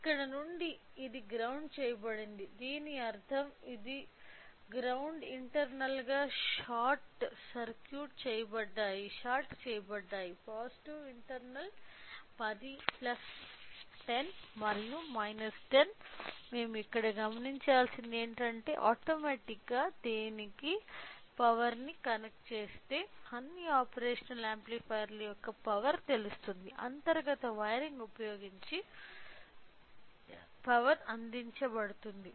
ఇక్కడ నుండి ఇది గ్రౌండ్ చేయబడింది దీని అర్థం ఇది గ్రౌండ్స్ ఇంటర్నల్ గా షార్ట్ చెయ్యబడ్డాయి పాజిటివ్ ఇంటర్నల్ 10 మరియు 10 మేము ఇక్కడ గమనించాల్సింది ఏమిటంటే ఆటోమాటిక్ గా దీనికి పవర్ ని కనెక్ట్ చేస్తే అన్ని ఆపరేషనల్ యాంప్లిఫైయర్ల యొక్క పవర్ తెలుస్తుంది అంతర్గత వైరింగ్ ఉపయోగించి పవర్ అందించబడుతుంది